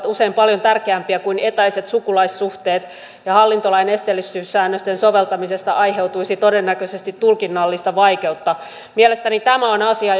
usein paljon tärkeämpiä kuin etäiset sukulaissuhteet ja hallintolain esteellisyyssäännösten soveltamisesta aiheutuisi todennäköisesti tulkinnallista vaikeutta mielestäni tämä on asia